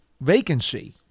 vacancy